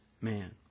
man